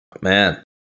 Man